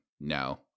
no